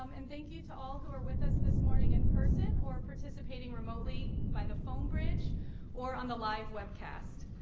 um and thank you to all who are with us this morning in person or participating remotely by the phone bridge or on the live webcast.